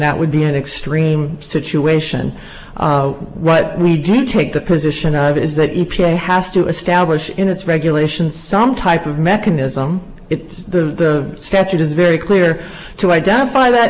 that would be an extreme situation what we didn't take the position of is that u p a has to establish in its regulations some type of mechanism it's the statute is very clear to identify that